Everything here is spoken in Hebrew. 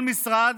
כל משרד